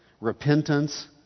repentance